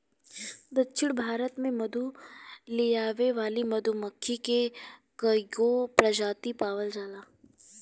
दक्षिण भारत में मधु लियावे वाली मधुमक्खी के कईगो प्रजाति पावल जाला